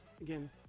again